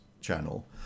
channel